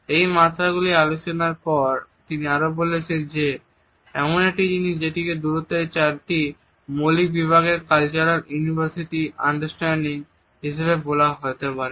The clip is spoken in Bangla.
এই মাত্রাগুলির আলোচনার পর তিনি আরো বলেছেন যে এমন একটি জিনিস যেটিকে দূরত্বের চারটি মৌলিক বিভাগের কালচারাল ইউনিভার্সাল আন্ডারস্ট্যান্ডিং হিসাবে বলা যেতে পারে